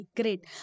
Great